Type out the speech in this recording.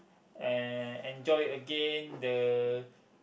and enjoy again the